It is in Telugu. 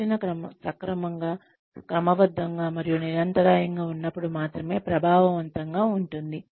శిక్షణ సమగ్రంగా క్రమబద్ధంగా మరియు నిరంతరాయంగా ఉన్నప్పుడు మాత్రమే ప్రభావవంతంగా ఉంటుంది